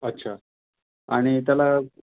अच्छा आणि त्याला